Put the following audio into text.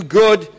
good